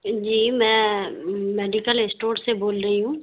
جی میں medical store سے بول رہی ہوں